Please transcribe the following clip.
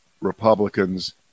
Republicans